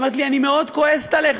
היא אמרה לי: אני כועסת עליך מאוד.